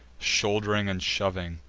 should'ring and shoving,